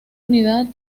unidad